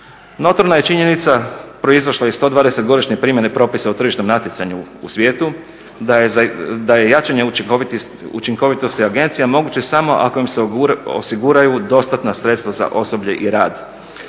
Notorna je činjenica proizašla iz 120 godišnje primjene propisa o tržišnom natjecanju u svijetu da je jačanje učinkovitosti agencije moguće samo ako im se osiguraju dostatna sredstva za osoblje i rad.